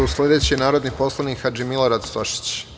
Sledeći je narodni poslanik Hadži Milorad Stošić.